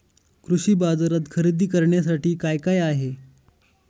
कृषी बाजारात खरेदी करण्यासाठी काय काय आहे?